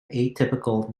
atypical